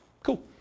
Cool